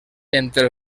entre